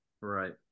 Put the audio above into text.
Right